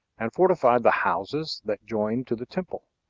and fortified the houses that joined to the temple,